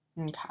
Okay